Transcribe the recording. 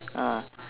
ah